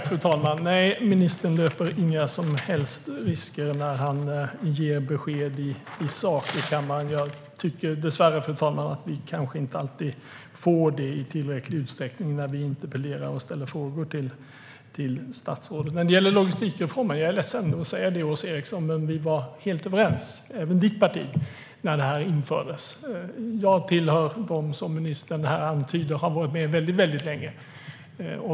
Fru talman! Nej, ministern löper inga som helst risker när han ger besked i sak i kammaren. Jag tycker att vi dessvärre kanske inte alltid får detta i tillräcklig utsträckning när vi interpellerar och ställer frågor till statsrådet. När det gäller logistikreformen är jag ledsen att säga det, Åsa Eriksson, men vi var helt överens - även ditt parti - när den infördes. Jag tillhör dem som ministern antyder har varit med väldigt länge.